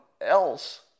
else